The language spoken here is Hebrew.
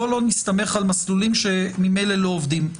בואו לא נסתמך על מסלולים שממילא לא עובדים.